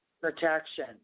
protection